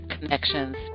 Connections